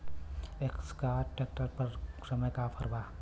Escort tractor पर ए समय का ऑफ़र बा?